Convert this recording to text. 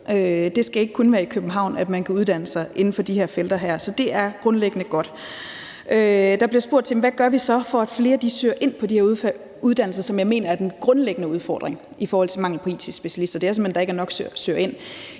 Det skal ikke kun være i København, man kan uddanne sig inden for de felter her, så det er grundlæggende godt. Der bliver spurgt til, hvad vi så gør, for at flere søger ind på de her uddannelser, og det mener jeg er den grundlæggende udfordring i forhold til mangel på it-specialister. Det er simpelt hen, at der ikke er nok, der søger ind.